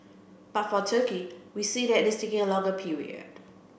but for Turkey we see that it is taking a longer period